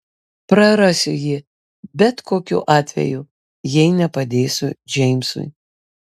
prarasiu jį bet kokiu atveju jei nepadėsiu džeimsui